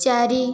ଚାରି